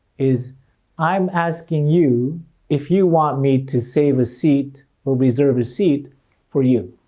is i'm asking you if you want me to save a seat or reserve a seat for you.